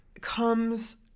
comes